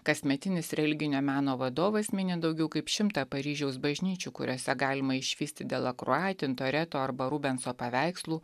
kasmetinis religinio meno vadovas mini daugiau kaip šimtą paryžiaus bažnyčių kuriose galima išvysti delakrua tintareto arba rubenso paveikslų